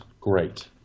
great